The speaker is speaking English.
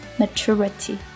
maturity